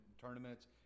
tournaments